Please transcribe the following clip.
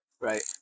Right